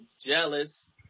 jealous